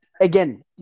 again